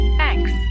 thanks